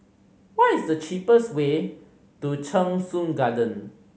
what is the cheapest way to Cheng Soon Garden